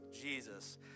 Jesus